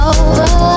over